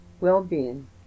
well-being